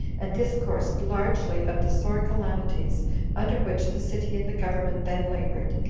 and discoursed largely of the sore calamities under which the city and the government then labored,